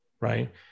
Right